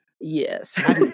yes